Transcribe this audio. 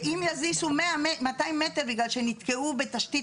אם יזיזו 200 מטר בגלל שנתקעו בתשתית